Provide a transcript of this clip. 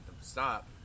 stop